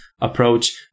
approach